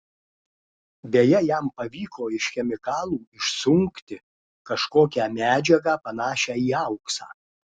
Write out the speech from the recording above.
beje jam pavyko iš chemikalų išsunkti kažkokią medžiagą panašią į auksą